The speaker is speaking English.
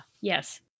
yes